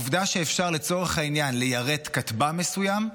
העובדה שאפשר, לצורך העניין, ליירט כטב"ם מסוים,